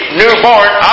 newborn